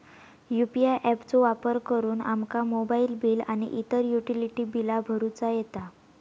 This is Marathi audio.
यू.पी.आय ऍप चो वापर करुन आमका मोबाईल बिल आणि इतर युटिलिटी बिला भरुचा येता